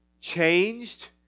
changed